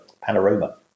panorama